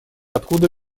откуда